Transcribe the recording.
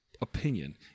opinion